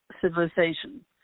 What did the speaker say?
civilization